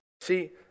See